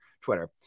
Twitter